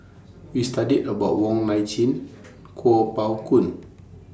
We studied about Wong Nai Chin Kuo Pao Kun